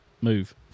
move